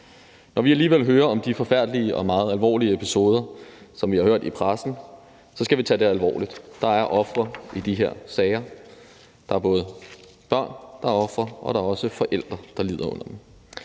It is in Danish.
Når vi alligevel i pressen hører om de forfærdelige og meget alvorlige episoder, så skal vi tage det alvorligt. Der er ofre i de her sager. Der er både børn, der er ofre, og der er også forældre, der lider under dem,